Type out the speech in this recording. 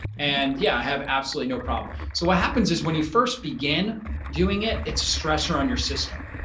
and yeah, i have absolutely no problem. so what happens is when you first begin doing it, it's a stressor on your system.